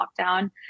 lockdown